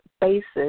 basis